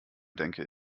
denke